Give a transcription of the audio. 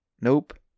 nope